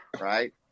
Right